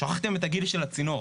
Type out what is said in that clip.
שכחתם את הגיל של הצינור.